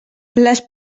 les